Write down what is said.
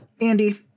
Andy